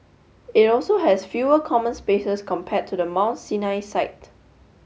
it also has fewer common spaces compared to the Mount Sinai site